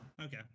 okay